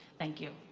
thank you.